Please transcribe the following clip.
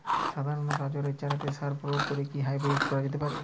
সাধারণ গাজরের চারাতে সার প্রয়োগ করে কি হাইব্রীড করা যেতে পারে?